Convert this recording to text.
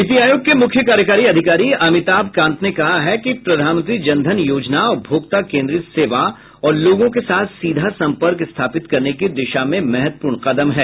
नीति आयोग के मुख्य कार्यकारी अधिकारी अमिताभ कांत ने कहा है कि प्रधानमंत्री जनधन योजना उपभोक्ता केन्द्रित सेवा और लोगों के साथ सीधा संपर्क स्थापित करने की दिशा में महत्वपूर्ण कदम है